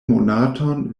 monaton